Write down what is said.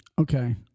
Okay